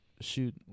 shoot